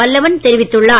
வல்லவன் தெரிவித்துள்ளார்